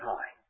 High